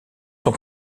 sont